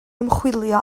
ymchwilio